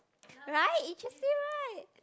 right interesting right